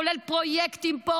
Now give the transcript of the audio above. כולל פרויקטים פה